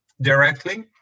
directly